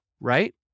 right